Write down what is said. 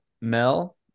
Mel